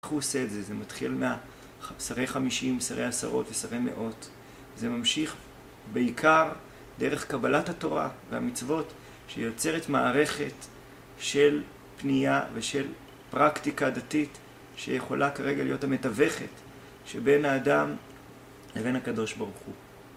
איך הוא עושה את זה? זה מתחיל משרי חמישים, משרי עשרות, משרי מאות. זה ממשיך בעיקר דרך קבלת התורה והמצוות שיוצרת מערכת של פנייה ושל פרקטיקה דתית שיכולה כרגע להיות המתווכת שבין האדם לבין הקדוש ברוך הוא.